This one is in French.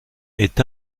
est